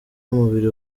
umubiri